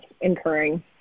incurring